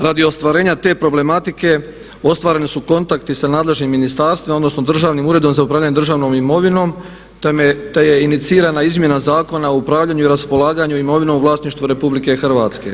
Radi ostvarenja te problematike ostvareni su kontakti sa nadležnim ministarstvom, odnosno Državnim uredom za upravljanje državnom imovinom, te je inicirana izmjena Zakona o upravljanju i raspolaganju imovinom u vlasništvu Republike Hrvatske.